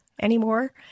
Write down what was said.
anymore